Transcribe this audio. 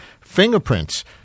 fingerprints